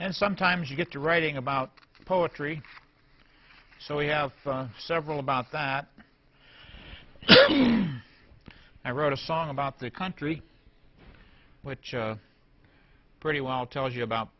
and sometimes you get to writing about poetry so we have several about that i wrote a song about the country which pretty well tells you about